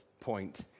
point